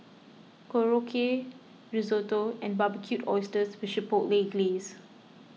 Korokke Risotto and Barbecued Oysters with Chipotle Glaze